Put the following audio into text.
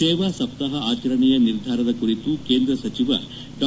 ಸೇವಾಸಪ್ತಾಪ ಆಚರಣೆಯ ನಿರ್ಧಾರದ ಕುರಿತು ಕೇಂದ್ರ ಸಚಿವ ಡಾ